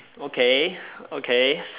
okay okay